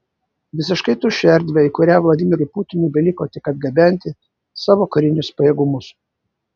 visiškai tuščią erdvę į kurią vladimirui putinui beliko tik atgabenti savo karinius pajėgumus